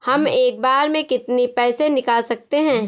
हम एक बार में कितनी पैसे निकाल सकते हैं?